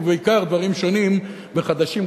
ובעיקר דברים שונים וחדשים,